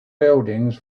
buildings